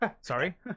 Sorry